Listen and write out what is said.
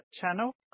channel